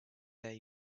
that